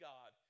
God